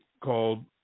called